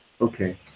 okay